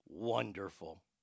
Wonderful